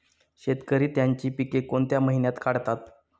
शेतकरी त्यांची पीके कोणत्या महिन्यात काढतात?